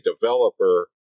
developer